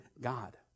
God